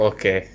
Okay